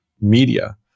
media